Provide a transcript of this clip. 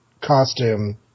costume